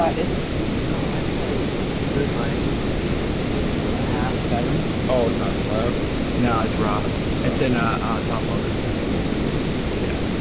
ah it's i'd say it's good like six and a half seven oh it's not slept no it's rock oh it's in a top loader guys yeah